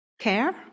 care